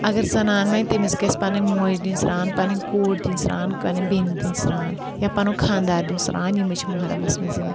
اگر زنان مَرِ تٔمِس گژھِ پَنٕنۍ موج دِنۍ سران پنٕنۍ کوٗر دِنۍ سران کَنٕنۍ بیٚنہِ دِنۍ سران یا پَنُن خانٛدار دیُن سران یِمے چھِ مُحرَمَس منٛز یِوان